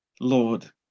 Lord